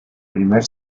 primer